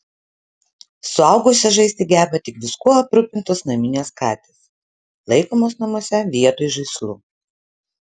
suaugusios žaisti geba tik viskuo aprūpintos naminės katės laikomos namuose vietoj žaislų